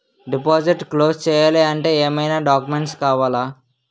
Deposit close చేయాలి అంటే ఏమైనా డాక్యుమెంట్స్ కావాలా?